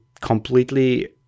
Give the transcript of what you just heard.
completely